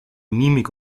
mimik